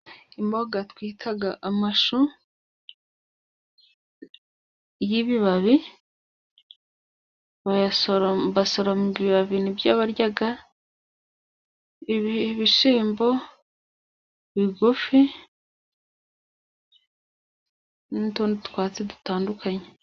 Imboga twita amashu y'ibibabi ,bayasoro m basoroma ibibabi n'ibyo barya ,ibishyimbo bigufi n'utundi twatsi dutandukanye.